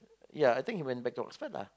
ya I think he went back to Oxford lah